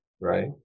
right